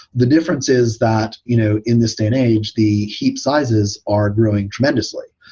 the difference is that you know in this day and age, the heap sizes are growing tremendously.